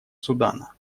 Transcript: судана